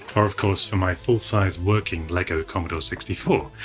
or of course, for my full sized working lego commodore sixty four,